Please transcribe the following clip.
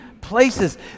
places